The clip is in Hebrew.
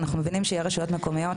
אנחנו מבינים שיש רשויות מקומיות,